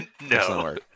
No